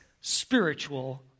spiritual